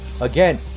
again